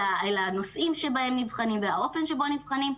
אל הנושאים שבהם נבחנים והאופן שבו נבחנים,